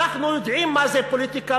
אנחנו יודעים מה זה פוליטיקה,